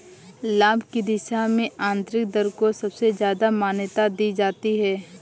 लाभ की दशा में आन्तरिक दर को सबसे ज्यादा मान्यता दी जाती है